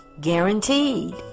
guaranteed